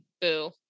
boo